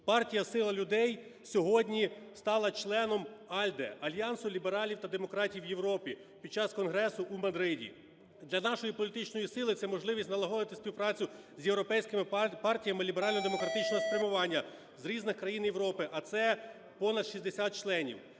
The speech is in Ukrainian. Партія "Сила людей" сьогодні стала членом АЛДЄ (Альянсу лібералів та демократів в Європі) під час конгресу у Мадриді. Для нашої політичної сили це можливість налагодити співпрацю з європейськими партіями ліберально-демократичного спрямування з різних країн Європи, а це понад 60 членів.